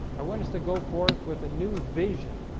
i want us to go forth with a new vision